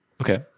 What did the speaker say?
Okay